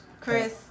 Chris